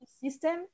system